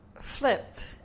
flipped